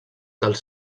dels